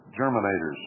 Germinators